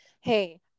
hey